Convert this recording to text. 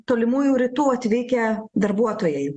tolimųjų rytų atvykę darbuotojai